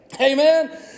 Amen